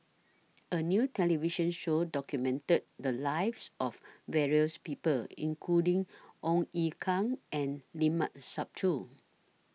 A New television Show documented The Lives of various People including Ong Ye Kung and Limat Sabtu